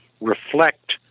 reflect